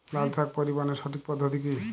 লালশাক পরিবহনের সঠিক পদ্ধতি কি?